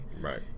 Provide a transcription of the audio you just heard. Right